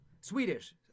Swedish